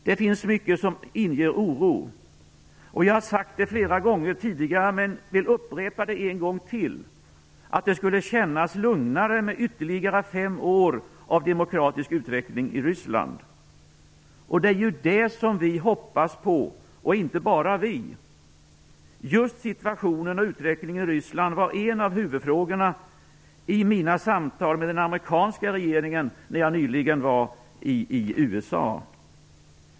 Det finns mycket som inger oro. Jag har sagt det flera gånger tidigare, och jag vill upprepa en gång till: Det skulle kännas lugnare med ytterligare fem år av demokratisk utveckling i Ryssland. Det är detta vi hoppas på, och inte bara vi. Just situationen och utvecklingen i Ryssland var en av huvudfrågorna i mina samtal med den amerikanska regeringen när jag nyligen var i USA.